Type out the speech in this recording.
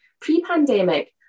Pre-pandemic